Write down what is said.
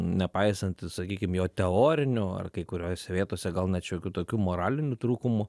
nepaisant sakykim jo teorinių ar kai kuriose vietose gal net šiokių tokių moralinių trūkumų